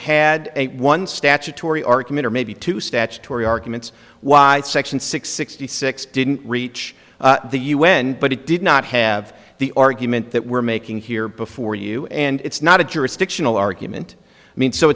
a one statutory argument or maybe two statutory arguments why section six sixty six didn't reach the un but it did not have the argument that we're making here before you and it's not a jurisdictional argument i mean so